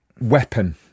weapon